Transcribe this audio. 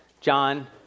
John